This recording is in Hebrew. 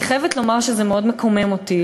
אני חייבת לומר שזה מאוד מקומם אותי.